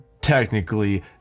technically